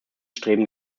streben